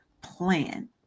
plan